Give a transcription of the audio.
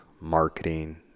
marketing